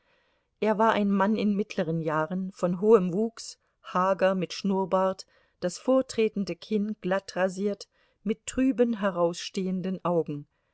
er war ein mann in mittleren jahren von hohem wuchs hager mit schnurrbart das vortretende kinn glatt rasiert mit trüben herausstehenden augen